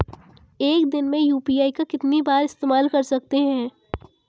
एक दिन में यू.पी.आई का कितनी बार इस्तेमाल कर सकते हैं?